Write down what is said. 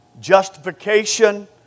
justification